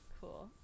cool